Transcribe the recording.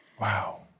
Wow